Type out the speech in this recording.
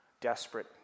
desperate